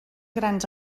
grans